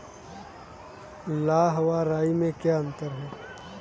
लाह व राई में क्या अंतर है?